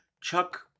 Chuck